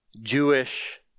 Jewish